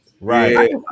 right